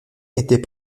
était